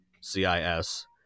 C-I-S